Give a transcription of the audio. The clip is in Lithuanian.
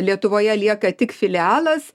lietuvoje lieka tik filialas